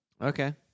Okay